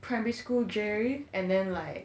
primary school jerry and then like